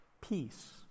peace